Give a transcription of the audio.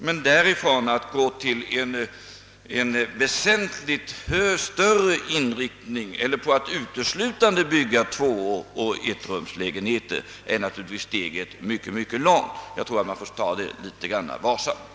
Men därifrån till att uteslutande bygga enoch tvårumslägenheter är steget långt, och man får nog ta det hela litet varsamt.